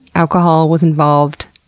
alcohol was involved,